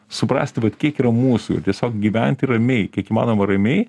suprasti vat kiek yra mūsų ir tiesiog gyventi ramiai kiek įmanoma ramiai